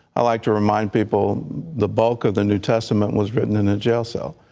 i like to remind people the bulk of the new testament was written in a jail cell.